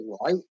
right